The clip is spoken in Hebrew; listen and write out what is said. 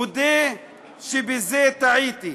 מודה שבזה טעיתי.